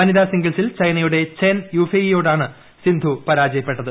വനിതാ സിംഗിൾസിൽ ചൈനയുടെ ചെൻ യുഫേയിയോടാണ് സിന്ധു പരാജയപ്പെട്ടത്